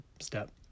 step